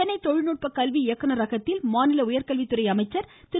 சென்னை தொழில்நுட்ப கல்வி இயக்குனரகத்தில் மாநில உயர்கல்வித்துறை அமைச்சர் திரு